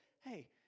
hey